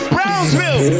Brownsville